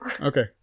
Okay